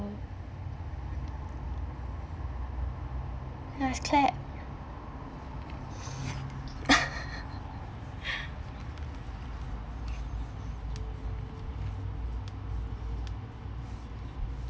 nice clap